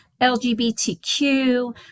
LGBTQ